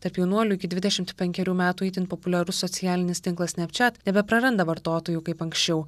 tarp jaunuolių iki dvidešimt penkerių metų itin populiarus socialinis tinklas snapchat nebepraranda vartotojų kaip anksčiau